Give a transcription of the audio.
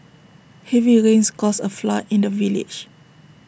heavy rains caused A flood in the village